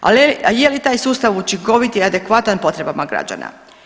A je li taj sustav učinkovit i adekvatan potrebama građana?